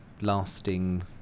lasting